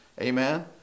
amen